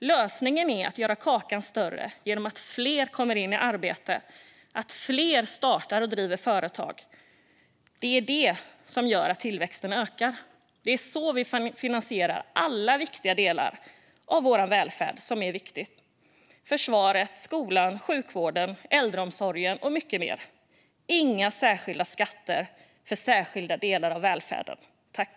Lösningen är att göra kakan större genom att fler kommer in i arbete och att fler startar och driver företag. Det är det som gör att tillväxten ökar. Det är så vi finansierar alla viktiga delar av vår välfärd - försvaret, skolan, sjukvården, äldreomsorgen och mycket mer. Inga särskilda skatter för särskilda delar av välfärden, tack!